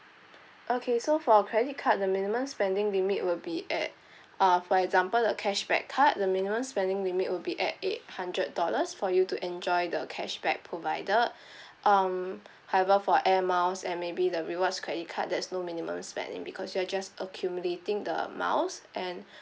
okay so for our credit card the minimum spending limit will be at uh for example the cashback card the minimum spending limit will be at eight hundred dollars for you to enjoy the cashback provided um however for air miles and maybe the rewards credit card there's no minimum spending because you're just accumulating the amounts and